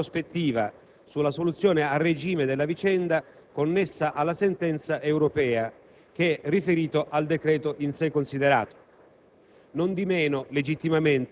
motivando un dissenso più di prospettiva sulla soluzione a regime della vicenda connessa alla sentenza europea che riferito al decreto in sé considerato.